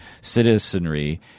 citizenry